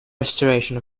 restoration